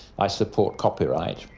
i support copyright,